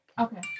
Okay